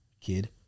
kid